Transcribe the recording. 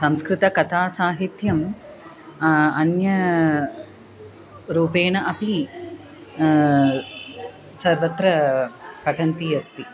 संस्कृतकथासाहित्यम् अन्य रूपेण अपि सर्वत्र पठन्तम् अस्ति